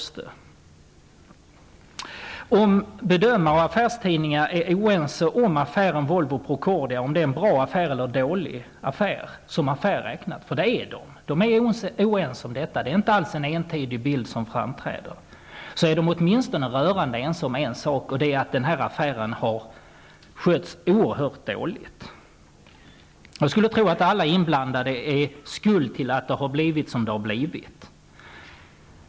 Även om bedömare och affärstidningar är oense om huruvida det här med Volvo och Procordia är en bra eller dålig affär -- man är ju inte alls enig på den punkten, och det är för övrigt inte någon entydig bild som ges här -- är man i alla fall rörande ense på en punkt. Man tycker nämligen att den här affären har skötts oerhört dåligt. Jag skulle tro att alla inblandade bär skulden för att det har blivit som det har blivit.